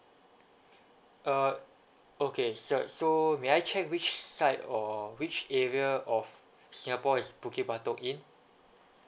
uh okay sir so may I check which side or which area of singapore is bukit batok in